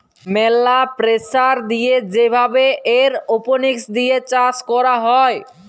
ম্যালা প্রেসার দিয়ে যে ভাবে এরওপনিক্স দিয়ে চাষ ক্যরা হ্যয়